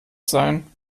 sein